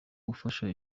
gufasha